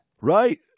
Right